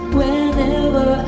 whenever